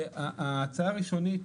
ההצעה הראשונית